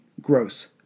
gross